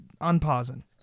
unpausing